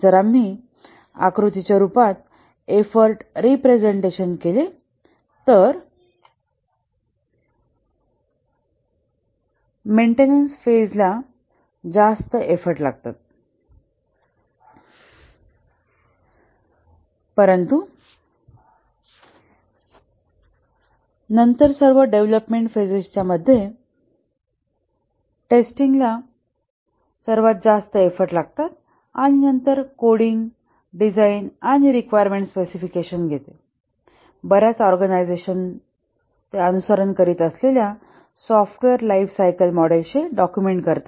जर आम्ही आकृतीच्या रूपात एफर्ट रिप्रेझेन्ट केले तर तर मेन्टेनन्स फेजला जास्त एफर्ट लागतात परंतु नंतर सर्व डेव्हलपमेंट फेजेजच्या मध्ये टेस्टिंगला सर्वात जास्त एफर्ट लागतात आणि नंतर कोडिंग डिझाइन आणि रिक्वायरमेंट स्पेसिफिकेशन घेते बर्याच ऑर्गनायझेशन्स ते अनुसरण करीत असलेल्या सॉफ्टवेअर लाइफ सायकल मॉडेलचे डाक्युमेंट करतात